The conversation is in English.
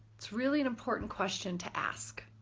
it's really an important question to ask.